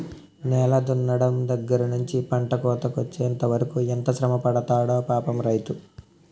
నేల దున్నడం దగ్గర నుంచి పంట కోతకొచ్చెంత వరకు ఎంత శ్రమపడతాడో పాపం రైతు